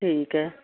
ਠੀਕ ਹੈ